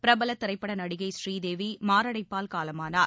பிரபல திரைப்பட நடிகை ஸ்ரீதேவி மாரடைப்பால் காலமானார்